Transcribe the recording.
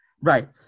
right